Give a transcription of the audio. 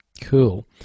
Cool